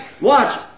Watch